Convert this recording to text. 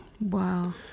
Wow